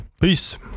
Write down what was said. Peace